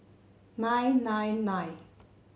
nine nine nine